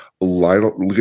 Lionel